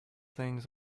things